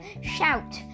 shout